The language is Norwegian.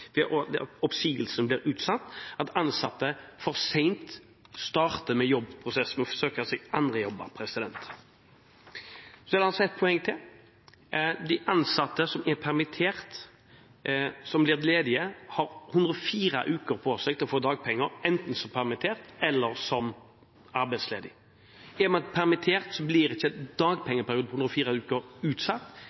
ved at oppsigelsen blir utsatt, og at ansatte for sent starter prosessen med å søke seg andre jobber. Det er et poeng til: De ansatte som er permittert, eller som blir ledige, har 104 uker på seg til å få dagpenger enten som permittert eller som arbeidsledig. Er man permittert, blir ikke dagpengeperioden på 104 uker utsatt.